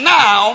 now